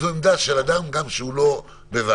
זו עמדה של אדם גם שהוא לא בוועדה,